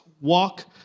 Walk